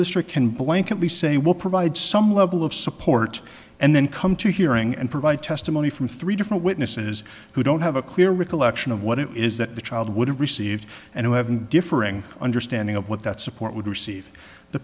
district can blank at least say we'll provide some level of support and then come to hearing and provide testimony from three different witnesses who don't have a clear recollection of what it is that the child would have received and who have been differing understanding of what that support would receive the